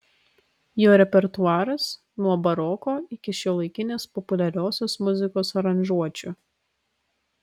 jo repertuaras nuo baroko iki šiuolaikinės populiariosios muzikos aranžuočių